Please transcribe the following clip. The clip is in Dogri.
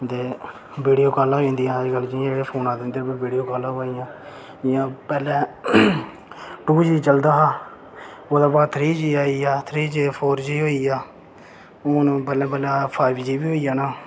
वीडियो कॉल होई जंदियां अजकल जनेह् फोन आये दे ते जि'यां पैह्लें टू जी चलदा हा ओह्दे बाद थ्री जी आई गेआ ते प्ही फोर जी आइया हून बल्लें बल्लें फाइव जी बी होई जाना